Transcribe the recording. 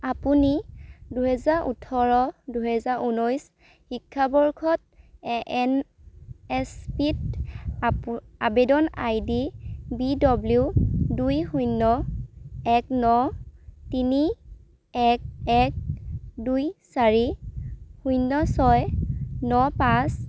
আপুনি দুহেজা ওঠৰ দুহেজা ঊনৈছ শিক্ষাবৰ্ষত এন এছ পিত আবেদন আইডি বি ডব্লিউ দুই শূন্য এক ন তিনি এক এক দুই চাৰি শূন্য ছয় ন পাঁচ